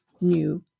new